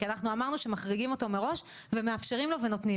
כי אנחנו אמרנו שמחריגים אותו מראש ומאפשרים לו ונותנים